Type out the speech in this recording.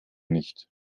nicht